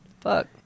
Fuck